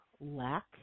lack